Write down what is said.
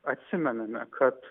atsimename kad